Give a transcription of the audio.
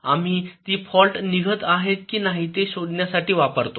आम्ही ती फॉल्ट निघत आहेत कि नाही ते शोधण्यासाठी वापरतो